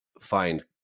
find